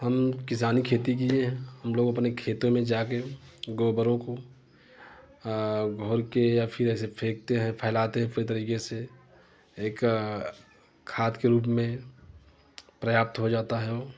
हम किसानी खेती किए हैं हम लोग अपने खेतों में जाके गोबरों को घोल के या फिर ऐसे फेंकते हैं फैलाते हैं पूरी तरीके से एक खाद के रूप में पर्याप्त हो जाता ओ